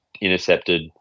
intercepted